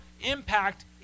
impact